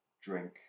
drink